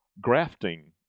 grafting